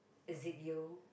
is it you